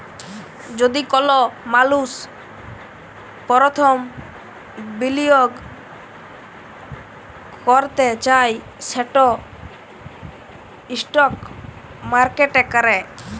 যদি কল মালুস পরথম বিলিয়গ ক্যরতে চায় সেট ইস্টক মার্কেটে ক্যরে